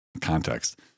context